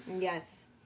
Yes